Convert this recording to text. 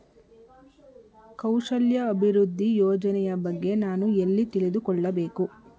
ಕೌಶಲ್ಯ ಅಭಿವೃದ್ಧಿ ಯೋಜನೆಯ ಬಗ್ಗೆ ನಾನು ಎಲ್ಲಿ ತಿಳಿದುಕೊಳ್ಳಬೇಕು?